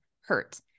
hurt